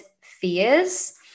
fears